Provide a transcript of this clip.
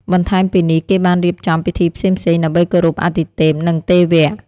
បន្ថែមពីនេះ គេបានរៀបចំពិធីផ្សេងៗ ដើម្បីគោរពអាទិទេព និងទេវៈ។